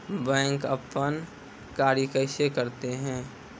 Bank अपन कार्य कैसे करते है?